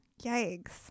Yikes